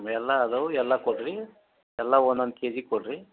ಎಲ್ಲ ಅದಾವ ಎಲ್ಲ ಕೊಡಿರಿ ಎಲ್ಲ ಒಂದೊಂದು ಕೆಜಿ ಕೊಡಿರಿ